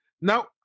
Now